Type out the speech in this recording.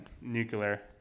nuclear